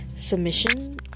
Submission